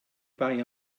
bai